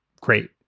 great